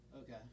Okay